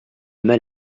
mal